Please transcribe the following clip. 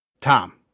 Tom